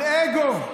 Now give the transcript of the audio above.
על אגו.